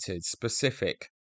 specific